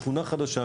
שכונה חדשה,